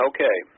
Okay